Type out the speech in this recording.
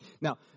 Now